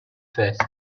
first